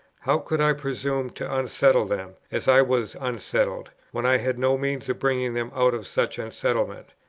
how could i presume to unsettle them, as i was unsettled, when i had no means of bringing them out of such unsettlement?